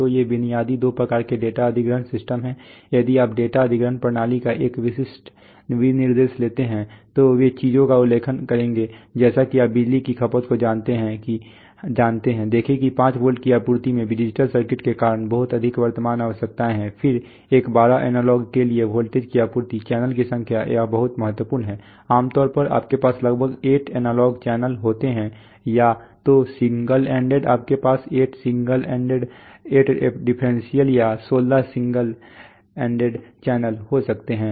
तो ये बुनियादी दो प्रकार के डेटा अधिग्रहण सिस्टम हैं यदि आप डेटा अधिग्रहण प्रणाली का एक विशिष्ट विनिर्देश लेते हैं तो वे चीजों का उल्लेख करेंगे जैसे कि आप बिजली की खपत को जानते हैं देखें कि 5 वोल्ट की आपूर्ति में डिजिटल सर्किट के कारण बहुत अधिक वर्तमान आवश्यकताएं हैं फिर एक 12 एनालॉग के लिए वोल्ट की आपूर्ति चैनलों की संख्या यह बहुत महत्वपूर्ण है आमतौर पर आपके पास लगभग 8 एनालॉग चैनल होते हैं या तो सिंगल एंडेड आपके पास 8 सिंगल एंडेड 8 डिफरेंशियल या 16 सिंगल एंडेड चैनल हो सकते हैं